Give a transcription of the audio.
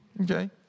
Okay